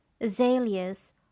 azaleas